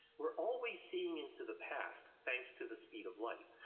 we're always seeing into the past thanks to the speed of light,